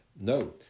No